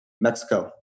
Mexico